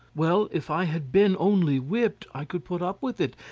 well, if i had been only whipped i could put up with it,